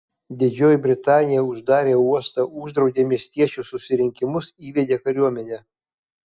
didžioji britanija uždarė uostą uždraudė miestiečių susirinkimus įvedė kariuomenę